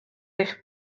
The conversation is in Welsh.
eich